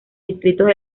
distritos